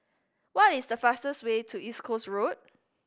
what is the fastest way to East Coast Road